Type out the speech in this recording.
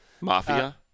Mafia